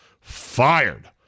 fired